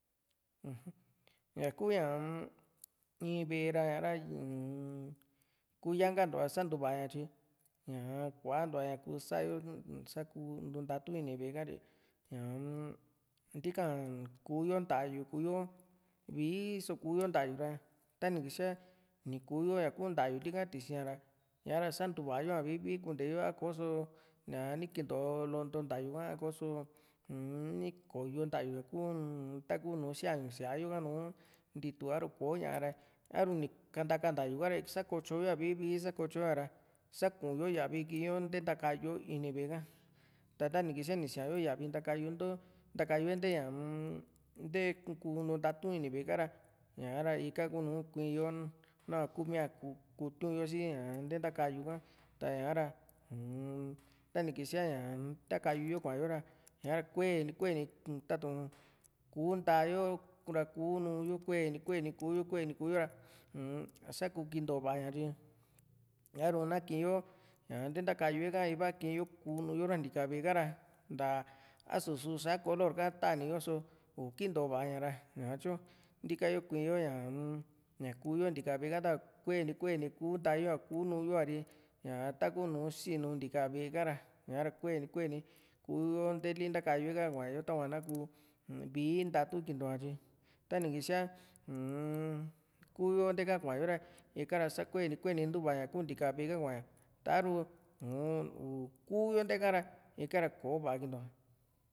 uju ña kuu ña in ve´e ra ña´ra uu-n ku yanka ntu´a sa ntuva ña tyi ña kuantua kuu sa´yo sa kuu ntau´u ini ve´e ka tyi ñaa-m ntíka kuu to ntayu kuu´yo vii só kuu´yo ntayu ra tani kísiaa ni kuu yo ñaku ntayuli ka tisi´a ra ña´ra santuvayo´a vii vii kunte yo a ko´so ni kinto lonto ntayu ka a ko´so uu-n ni ko´yo ntayu kuu taku nùù siañu síaa yo ka nùù ntitu a´ru ko´ña ra a´ru ni kantaka ntayu ka´ra sakotyoyo´a vii vii sakotyoyo´a ra saa kuu´yo yavi kii´yo nte ntaka´yu ini ve´e ka ta tani kisia ni siayo yavi ntakunto ntákayu´e u-n nte kúu ntu ntatu ve´e ka´ra ika kuu nùù kuii´yo nama kuu mii´aku kutiu´n yo sia nte ntakayu ta´ña ra uu-m tani kisia ña ntakayu yo kua´yo ra kueni kueni tatu´n kuu nta´yo ra kuu nùù´yo kueni kueni kuu´yo kueni kuu´yo ra u-m saku kinto va´a ña tyi a´ru na kii´yo ña nte ntakayué ka iva kii yo ku´nu yo ra ntika ve´e ka´ra a´su su´sa kolor ka ta´ni yo só ikinto va´a ña ra ñatyu ntika yo kui´n yo ña-m kuu´yo ntika ve´e ka tava kueni kueni kuu nta´yo a kuu nùù yo a ´ri tava taku nu sinu ntika ve´e ka ra ña´ra kueni kueni kuu´yo nteli ntakayué ha kua´yo tava na kuu vii ntatu kinto´a tyi tani kisia uu-m kuyo nteka kua´yo ra ika ra sa kueni kueni ntu´va ña kuu ntika ve´e ka kua´ña ta´ru u´u u´kuyo nteka ra ikara kò´o va´a kinto ña